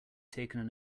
taken